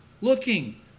Looking